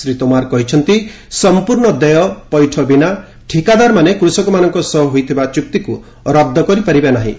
ଶ୍ରୀ ତୋମାର କହିଛନ୍ତି ସମ୍ପର୍ଣ୍ଣ ଦେୟ ପୈଠ ବିନା ଠିକାଦାରମାନେ କୃଷକମାନଙ୍କ ସହ ହୋଇଥିବା ଚୁକ୍ତିକୁ ରଦ୍ଦ କରିପାରିବେ ନାହିଁ